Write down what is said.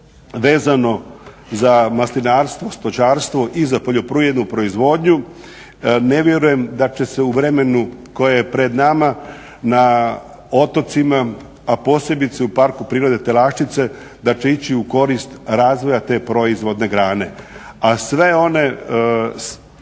vezano za maslinarstvo, stočarstvo i za poljoprivrednu proizvodnju ne vjerujem da će se u vremenu koje pred nama na otocima, a posebice u Parku prirode Telaščice da će ići u korist razvoja te proizvodne grane. A sve one,